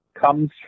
comes